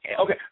Okay